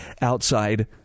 outside